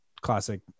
classic